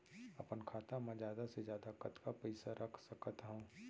अपन खाता मा जादा से जादा कतका पइसा रख सकत हव?